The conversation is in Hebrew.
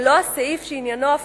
אנחנו